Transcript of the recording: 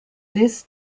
this